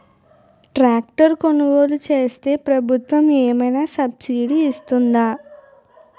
Tractor కొనుగోలు చేస్తే ప్రభుత్వం ఏమైనా సబ్సిడీ ఇస్తుందా?